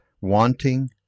wanting